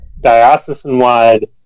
diocesan-wide